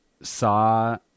saw